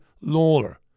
Lawler